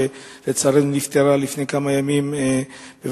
ולצערנו היא נפטרה לפני כמה ימים בבית-החולים.